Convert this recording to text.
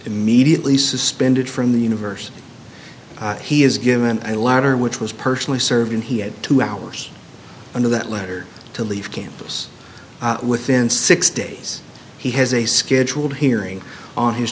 immediately suspended from the university he is given a ladder which was personally served and he had two hours under that letter to leave campus within six days he has a scheduled hearing on his